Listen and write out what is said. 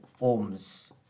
ohms